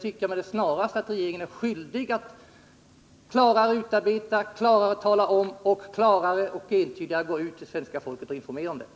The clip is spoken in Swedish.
Regeringen är skyldig att med det snaraste klarare utarbeta, klarare tala om samt klarare och entydigare informera svenska folket om detta.